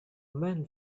men